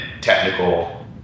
technical